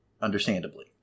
understandably